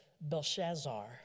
Belshazzar